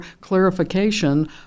clarification